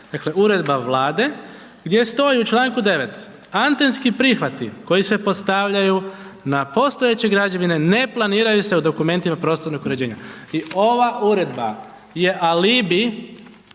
dakle, Uredba Vlade gdje stoji u čl. 9. antenski prihvati koji se postavljaju na postojeće građevine, ne planiraju se u dokumentima prostornog uređenja i ova uredba je alibi,